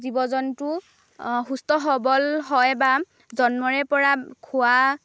জীৱ জন্তু সুস্থ সৱল হয় বা জন্মৰে পৰা খোৱা